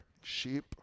sheep